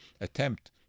attempt